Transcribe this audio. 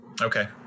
Okay